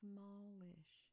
Smallish